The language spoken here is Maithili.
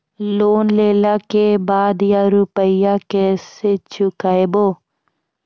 लोन लेला के बाद या रुपिया केसे चुकायाबो?